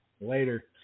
Later